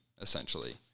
essentially